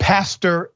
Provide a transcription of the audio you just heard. Pastor